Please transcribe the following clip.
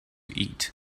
eat